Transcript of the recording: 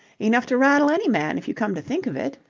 enough to rattle any man, if you come to think of it,